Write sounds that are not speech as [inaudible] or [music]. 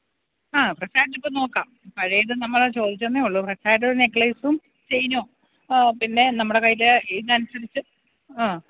ആ അതിപ്പോൾ ഞാനിപ്പോൾ നോക്കാം പഴയത് നമ്മൾ ചോദിച്ചെന്നെയുള്ളൂ [unintelligible] ഒരു നെക്ലൈസും ചെയിനും ആ പിന്നെ നമ്മുടെ കയ്യിൽ ഇതിനനുസരിച്ച്